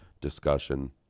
discussion